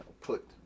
put